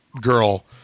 girl